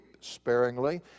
sparingly